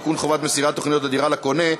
(תיקון, חובת מסירת תוכניות הדירה לקונה),